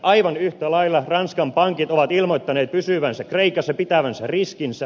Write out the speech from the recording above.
aivan yhtä lailla ranskan pankit ovat ilmoittaneet pysyvänsä kreikassa pitävänsä riskinsä